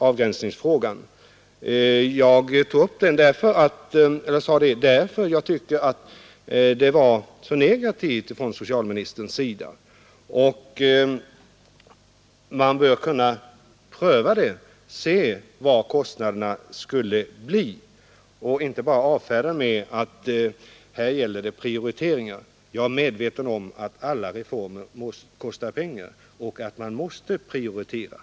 Avgränsningsfrågan tog jag upp därför att jag tyckte att socialministerns inställning var så negativ till det problem jag tog upp. Man bör kunna pröva frågan för att se vilka kostnaderna skulle bli och inte bara avfärda den med att här gäller det prioriteringar. Jag är medveten om att alla reformer kostar pengar och att man måste prioritera.